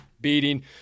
beating